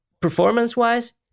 performance-wise